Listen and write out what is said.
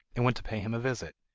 and went to pay him a visit.